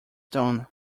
tone